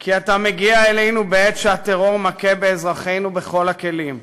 כי אתה מגיע אלינו בעת שהטרור מכה באזרחינו בכל הכלים: